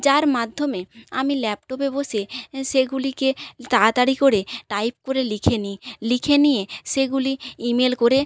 যার মাধ্যমে আমি ল্যাপটপে বসে সেগুলিকে তাড়াতাড়ি করে টাইপ করে লিখে নি লিখে নিয়ে সেগুলি ইমেল করে